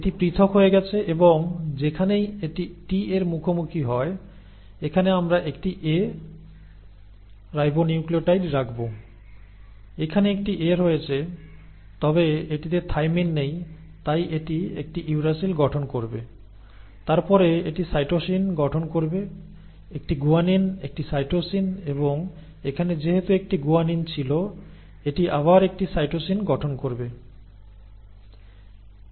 এটি পৃথক হয়ে গেছে এবং যেখানেই এটি T এর মুখোমুখি হয় এখানে আমরা একটি A রাইবোনিউক্লিয়োটাইড রাখব এখানে একটি A রয়েছে তবে এটিতে থাইমিন নেই তাই এটি একটি ইউরাসিল গঠন করবে তারপরে এটি সাইটোসিন গঠন করবে একটি গুয়ানিন একটি সাইটোসিন এবং এখানে যেহেতু একটি গুয়ানিন ছিল এটি আবার একটি সাইটোসিন গঠন করবে